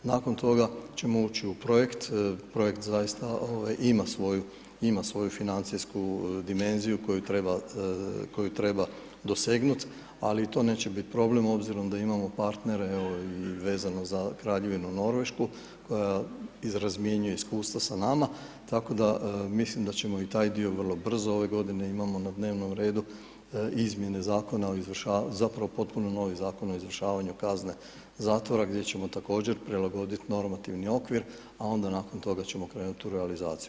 Nakon toga ćemo ući u projekt, projekt zaista ima svoju financijsku dimenziju koju treba dosegnuti, ali ni to neće problem, obzirom da imamo partnere, evo i vezano za Kraljevinu Norvešku koja izrazmjenjuje iskustva sa nama tako da mislim da ćemo i taj dio vrlo brzo, ove godine imamo na dnevnom redu izmjene zakona zapravo potpuno novi Zakon o izvršavanju kazne zatvora gdje ćemo također prilagoditi normativni okvir, a onda nakon toga ćemo krenuti u realizaciju.